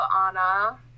Anna